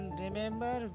remember